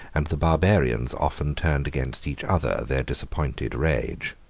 and the barbarians often turned against each other their disappointed rage.